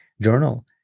journal